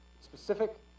specific